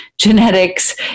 genetics